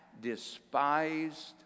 despised